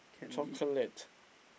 chocolate